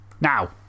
Now